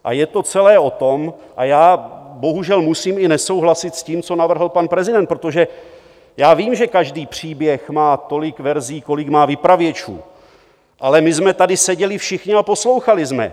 A je to celé o tom a já bohužel musím i nesouhlasit s tím, co navrhl pan prezident, protože já vím, že každý příběh má tolik verzí, kolik má vypravěčů, ale my jsme tady seděli všichni a poslouchali jsme.